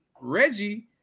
Reggie